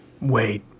Wait